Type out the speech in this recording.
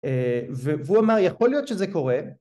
‫והוא אמר, יכול להיות שזה קורה.